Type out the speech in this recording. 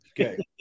Okay